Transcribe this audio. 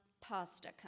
Pasta